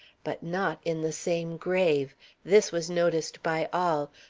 but not in the same grave this was noticed by all,